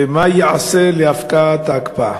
3. מה ייעשה להפקעת ההקפאה?